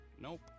Nope